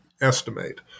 estimate